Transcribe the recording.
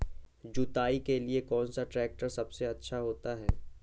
जुताई के लिए कौन सा ट्रैक्टर सबसे अच्छा होता है?